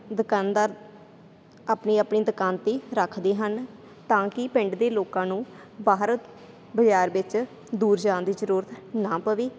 ਦੁਕਾਨਦਾਰ ਆਪਣੀ ਆਪਣੀ ਦੁਕਾਨ 'ਤੇ ਰੱਖਦੇ ਹਨ ਤਾਂ ਕਿ ਪਿੰਡ ਦੇ ਲੋਕਾਂ ਨੂੰ ਬਾਹਰ ਬਾਜ਼ਾਰ ਵਿੱਚ ਦੂਰ ਜਾਣ ਦੀ ਜ਼ਰੂਰਤ ਨਾ ਪਵੇ